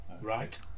right